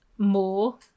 More